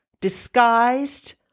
disguised